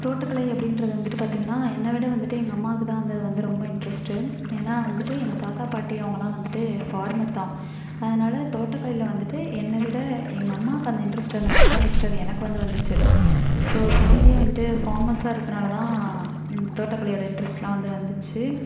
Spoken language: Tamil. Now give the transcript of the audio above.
தோட்டக்கலை அப்படின்றது வந்துட்டு பார்த்தீங்கன்னா என்னைவிட வந்துட்டு எங்க அம்மாக்குதான் வந்து அது வந்து ரொம்ப இண்ட்ரெஸ்ட் ஏன்னால் வந்துட்டு எங்க தாத்தா பாட்டி அவங்கள்லாம் வந்துட்டு ஃபார்மர் தான் அதனால் தோட்டக்கலையில் வந்துட்டு என்னைவிட எங்க அம்மாக்கு அந்த இண்ட்ரெஸ்ட் வந்ததுனால் தான் ஃபஸ்ட் எனக்கு வந்து வந்துச்சு ஸோ ஃபேமிலியே வந்துட்டு ஃபார்மர்ஸ்ஸாக இருக்கறனால் தான் இந்த தோட்டக் கலையோடய இண்ட்ரெஸ்ட்டெலாம் வந்து வந்துச்சு